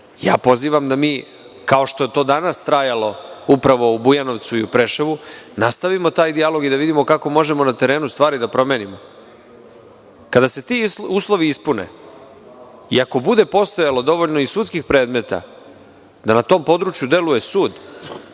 ja pozivam da mi, kao što je to danas trajalo upravo u Bujanovcu i u Preševu, nastavimo taj dijalog i da vidimo kako možemo na terenu stvari da promenimo. Kada se ti uslovi ispune i ako bude postojalo dovoljno sudskih predmeta da na tom području deluje sud,